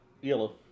Yellow